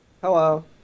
Hello